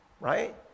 right